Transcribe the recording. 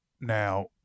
Now